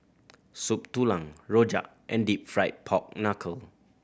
Soup Tulang rojak and Deep Fried Pork Knuckle